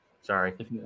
Sorry